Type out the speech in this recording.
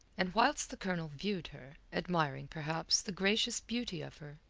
and whilst the colonel viewed her, admiring, perhaps, the gracious beauty of her,